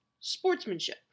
sportsmanship